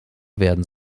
werden